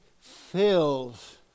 fills